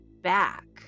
back